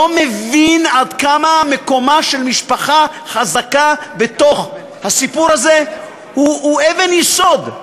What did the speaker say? לא מבין עד כמה מקומה של משפחה חזקה בתוך הסיפור הזה הוא אבן יסוד.